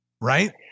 right